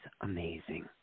amazing